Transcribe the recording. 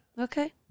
Okay